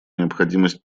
необходимость